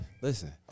Listen